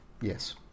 Yes